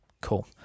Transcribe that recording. Cool